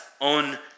own